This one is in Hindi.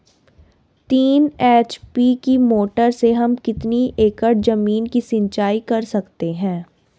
तीन एच.पी की मोटर से हम कितनी एकड़ ज़मीन की सिंचाई कर सकते हैं?